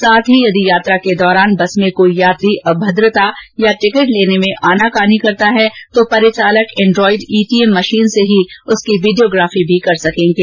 साथ ही यदि यात्रा के दौरान बस में कोई यात्री अभद्रता या टिकट लेने में आनाकानी करता है तो परिचालक एंड्रॉइड ईटीएम मशीन से ही उसकी वीडियोग्राफी भी कर सकेंगे